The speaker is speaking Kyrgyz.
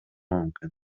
мүмкүн